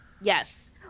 Yes